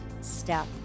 step